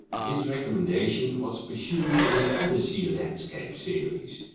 this recommendation was pursued in the odyssey landscapes series.